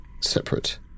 separate